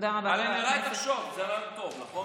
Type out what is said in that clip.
על MRI תחשוב, זה רעיון טוב, נכון?